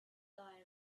die